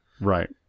Right